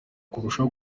kurushaho